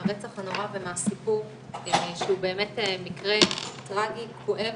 מהרצח הנורא ומהסיפור שהוא באמת סיפור טרגי וכואב.